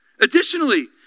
Additionally